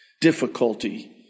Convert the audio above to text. difficulty